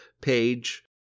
page